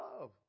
love